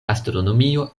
astronomio